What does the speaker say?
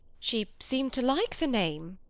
she seemed to like the name.